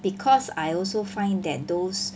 because I also find that those